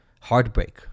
heartbreak